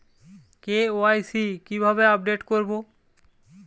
KYC কিভাবে update করব?